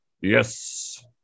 Yes